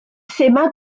thema